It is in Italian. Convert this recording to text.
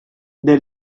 the